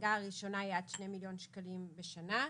והמדרגה הראשונה היא עד שני מיליון שקלים בשנה.